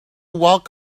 walk